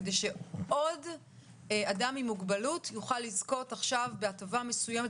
כדי שעוד אדם עם מוגבלות יוכל לזכות עכשיו בהטבה מסוימת,